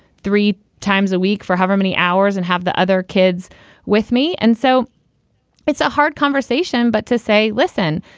three times a week for however many hours and have the other kids with me. and so it's a hard conversation. but to say, listen,